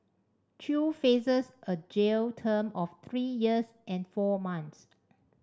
chew faces a jail term of three years and four months